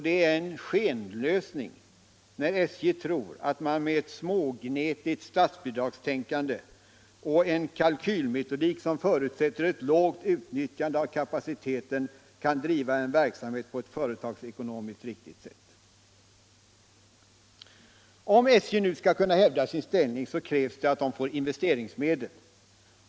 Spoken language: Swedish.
Det är en skenlösning när SJ tror att man med ett smågnetigt statsbidragstänkande och en kalkylmetodik som förutsätter ett lågt utnyttjande av kapaciteten kan driva en verksamhet på ett företagsekonomiskt riktigt sätt. Om SJ skall kunna hävda sin ställning krävs att SJ får investeringsmedel.